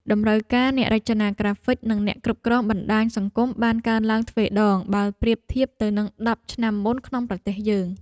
តម្រូវការអ្នករចនាក្រាហ្វិកនិងអ្នកគ្រប់គ្រងបណ្តាញសង្គមបានកើនឡើងទ្វេដងបើប្រៀបធៀបទៅនឹងដប់ឆ្នាំមុនក្នុងប្រទេសយើង។